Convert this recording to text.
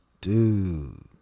Dude